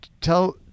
tell